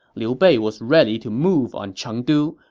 liu bei was ready to move on chengdu,